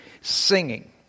singing